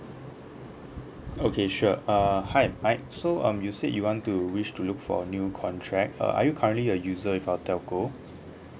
okay sure err hi mike so um you say you want to wish to look for a new contract uh are you currently a user with our telco